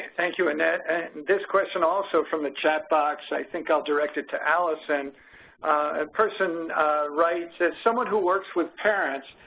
thank you annette, and this question also from the chat box. i think i'll direct it to allison. this ah person write so as someone who works with parents,